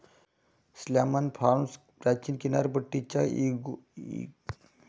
salmon farms प्राचीन किनारपट्टीच्या इकोसिस्टममध्ये बसले आहेत जे ते प्रदूषित करतात